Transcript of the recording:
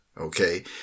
Okay